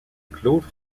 claude